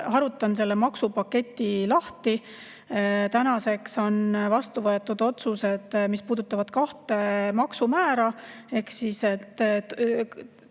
harutan selle maksupaketi lahti. Tänaseks on vastu võetud otsused, mis puudutavad kahte maksumäära. Ehk tõstetud